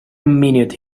minute